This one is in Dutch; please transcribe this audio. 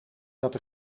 dat